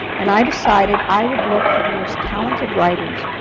and i decided i would look for the most talented writers,